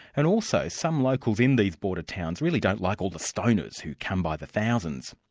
and also some locals in these border towns really don't like all the stoners who come by the thousands.